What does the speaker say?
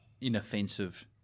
inoffensive